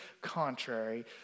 contrary